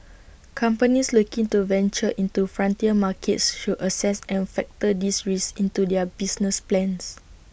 companies looking to venture into frontier markets should assess and factor these risks into their business plans